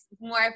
more